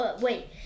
wait